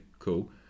cool